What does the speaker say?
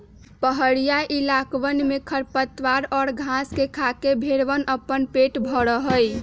पहड़ीया इलाकवन में खरपतवार और घास के खाके भेंड़वन अपन पेट भरा हई